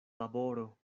laboro